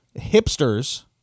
hipsters